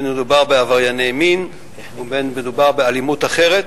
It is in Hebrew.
בין אם מדובר בעברייני מין ובין אם מדובר באלימות אחרת.